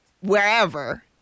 wherever